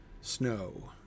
snow